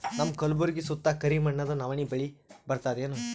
ನಮ್ಮ ಕಲ್ಬುರ್ಗಿ ಸುತ್ತ ಕರಿ ಮಣ್ಣದ ನವಣಿ ಬೇಳಿ ಬರ್ತದೇನು?